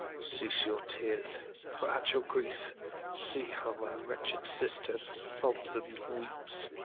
cease your tears for at your grief see how my wretched sister sobs and weeps.